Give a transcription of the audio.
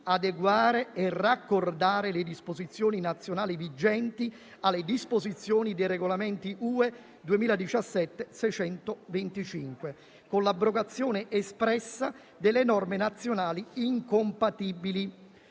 adeguare e raccordare le disposizioni nazionali vigenti alle disposizioni del Regolamento UE 2017/625, con l'abrogazione espressa delle norme nazionali incompatibili,